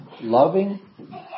Loving